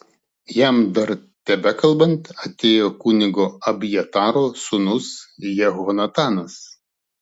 jam dar tebekalbant atėjo kunigo abjataro sūnus jehonatanas